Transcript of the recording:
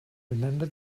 remember